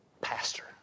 pastor